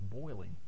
boiling